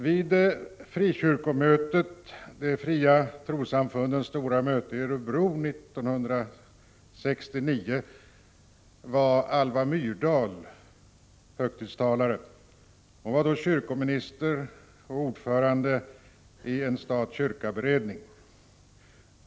Vid frikyrkomötet, dvs. de fria trossamfundens stora möte, i Örebro 1969 var Alva Myrdal högtidstalare. Hon var då kyrkominister och ordförande i stat-kyrka-beredningen.